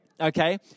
Okay